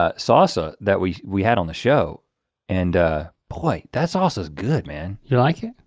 ah salsa that we we had on the show and boy that sauce is good man. you like it?